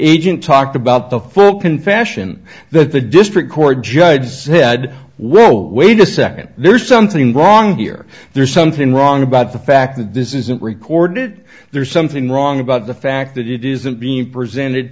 agent talked about the full confession that the district court judge said well wait a second there's something wrong here there's something wrong about the fact that this isn't recorded there's something wrong about the fact that it isn't being presented